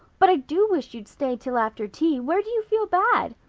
but i do wish you'd stay till after tea. where do you feel bad?